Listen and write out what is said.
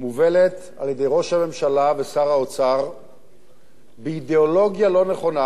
מובלת על-ידי ראש הממשלה ושר האוצר באידיאולוגיה לא נכונה.